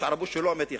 יש ערבוש שהוא לא אמיתי?